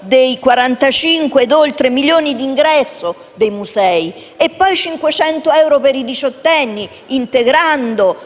degli oltre 45 milioni di ingressi nei musei, i 500 euro per i diciottenni, l'integrazione